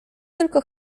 tylko